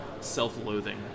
self-loathing